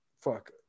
fuck